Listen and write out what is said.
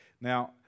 Now